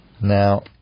Now